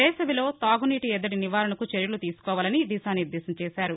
వేసవిలో తాగునీటి ఎద్దటి నివారణకు చర్యలు తీసుకోవాలని దిశా నిర్దేశం చేశారు